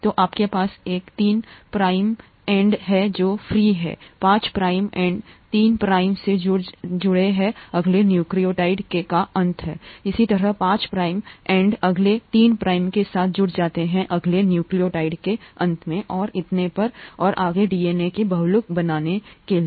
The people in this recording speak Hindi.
तो आपके पास एक तीन प्राइम एंड है जो फ्री है पांच प्राइम एंड तीन प्राइम से जुड़ी है अगले न्यूक्लियोटाइड का अंत इसी तरह पांच प्राइम एंड अगले तीन प्राइम के साथ जुड़ जाता है अगले न्यूक्लियोटाइड का अंत और इतने पर और आगे डीएनए के बहुलक बनाने के लिए